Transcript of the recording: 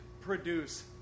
produce